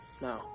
No